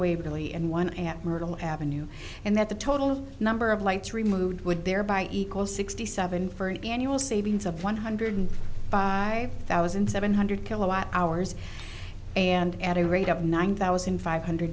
really and one at myrtle ave and that the total number of lights removed would thereby equal sixty seven for an annual savings of one hundred five thousand seven hundred kilowatt hours and at a rate of nine thousand five hundred